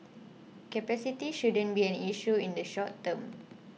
capacity shouldn't be an issue in the short term